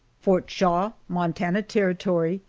fort shaw, montana territory,